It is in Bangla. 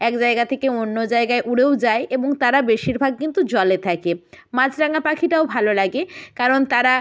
এক জায়গা থেকে অন্য জায়গায় উড়েও যায় এবং তারা বেশিরভাগ কিন্তু জলে থাকে মাছরাঙা পাখিটাও ভালো লাগে কারণ তারা